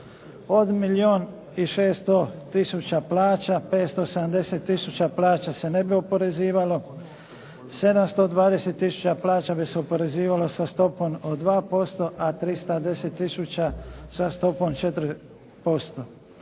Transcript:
i 600 tisuća plaća 570 tisuća plaća se ne bi oporezivalo. 720 tisuća plaća bi se oporezivalo sa stopom od 2% a 310 tisuća sa stopom od 4%.